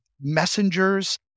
messengers